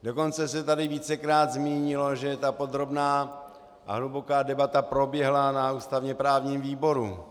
Dokonce se tady vícekrát zmínilo, že podrobná a hluboká debata proběhla na ústavněprávním výboru.